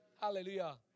Hallelujah